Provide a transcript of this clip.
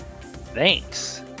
Thanks